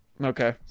Okay